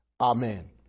Amen